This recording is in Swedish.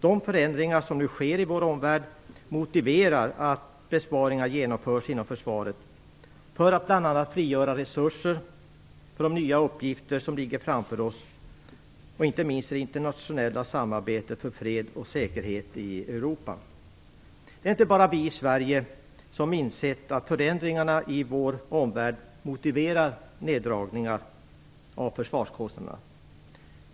De förändringar som nu sker i vår omvärld motiverar att besparingar genomförs inom försvaret för att bl.a. frigöra resurser för de nya uppgifter som ligger framför oss - inte minst i det internationella samarbetet för fred och säkerhet i Europa. Det är inte bara vi i Sverige som har insett att förändringarna i vår omvärld motiverar neddragningar av försvarskostnaderna.